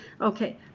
Okay